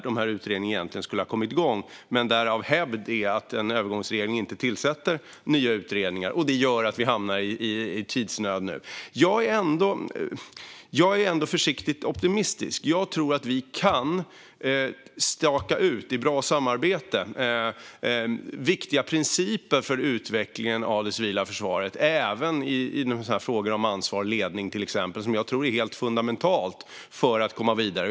Dessa utredningar skulle egentligen ha kommit igång, men av hävd tillsätter en övergångsregering inte nya utredningar. Detta har gjort att vi nu har hamnat i tidsnöd. Jag är ändå försiktigt optimistisk. Jag tror att vi i bra samarbete kan staka ut viktiga principer för utvecklingen av det civila försvaret. Detta gäller även i frågor om ansvar och ledning, som jag tror är helt fundamentala för att komma vidare.